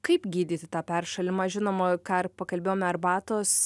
kaip gydyti tą peršalimą žinoma ką ir pakalbėjome arbatos